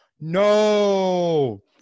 no